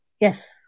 Yes